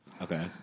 Okay